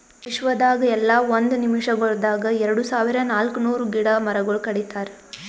ವಿಶ್ವದಾಗ್ ಎಲ್ಲಾ ಒಂದ್ ನಿಮಿಷಗೊಳ್ದಾಗ್ ಎರಡು ಸಾವಿರ ನಾಲ್ಕ ನೂರು ಗಿಡ ಮರಗೊಳ್ ಕಡಿತಾರ್